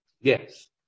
Yes